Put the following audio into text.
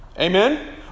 Amen